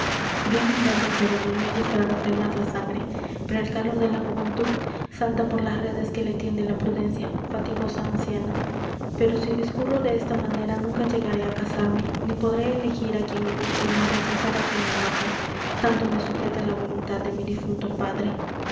bien inventa el cerebro leyes para refrenar la sangre pero el calor de la juventud salta por las redes que le tiende la prudencia fatigosa anciana pero si discurro de esta manera nunca llegaré á casarme ni podré elegir á quien me guste ni rechazar á quien me enoje tanto me sujeta la voluntad de mi difunto padre